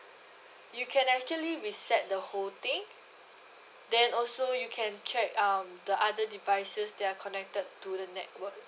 you can actually reset the whole thing then also you can check um the other devices that are connected to the network